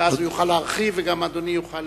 ואז יוכל להרחיב, ואדוני גם יוכל